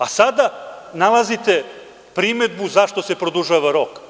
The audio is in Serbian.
A sada, nalazite primedbu zašto se produžava rok.